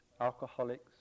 alcoholics